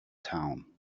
town